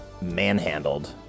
manhandled